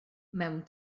mewn